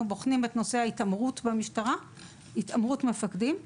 בוחנים את נושא התעמרות המפקדים במשטרה,